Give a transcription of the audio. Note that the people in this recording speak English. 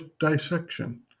dissection